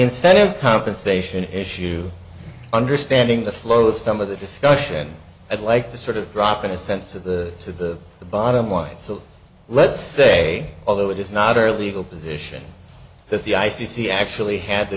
incentive compensation issue understanding the flow of some of the discussion i'd like to sort of drop in a sense of the to the bottom line so let's say although it is not our legal position that the i c c actually had the